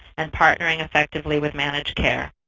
and partnering effectively with managed care.